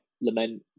lament